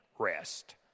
rest